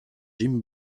jim